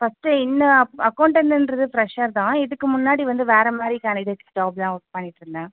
first இந்த அக்கவுண்டன்ட்டுன்றது fresher தான் இதுக்கு முன்னாடி வந்து வேறே மாதிரி கேன்டிடேட் ஜாப் தான் ஒர்க் பண்ணிட்டுருந்தேன்